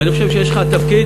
ואני חושב שיש לך תפקיד,